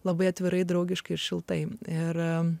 labai atvirai draugiškai šiltai ir